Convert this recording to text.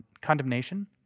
condemnation